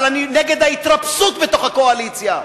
אבל אני נגד ההתרפסות בתוך הקואליציה.